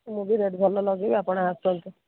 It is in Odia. ମୁଁ ବି ରେଟ୍ ଭଲ ଲଗେଇବି ଆପଣ ଆସନ୍ତୁ